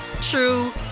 true